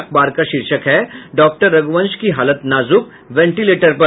अखबार का शीर्षक है डॉक्टर रघुवंश की हालत नाजुक वेंटिलेटर पर